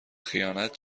خیانت